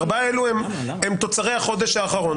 הארבעה האלו הם תוצרי החודש האחרון.